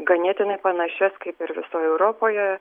ganėtinai panašias kaip ir visoj europoje